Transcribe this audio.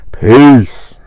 peace